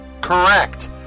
Correct